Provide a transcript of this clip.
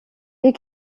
hier